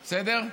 בסדר?